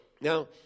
Now